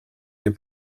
des